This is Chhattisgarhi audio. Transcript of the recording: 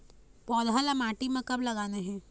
पौधा ला माटी म कब लगाना हे?